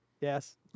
Yes